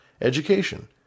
education